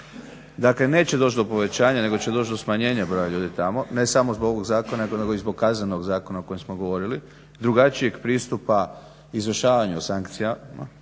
Dakle, ne će doći do povećanja, nego će doći do smanjenja broja ljudi tamo ne samo zbog ovog zakona, nego i zbog Kaznenog zakona o kojem smo govorili, drugačijeg pristupa izvršavanju sankcija.